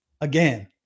again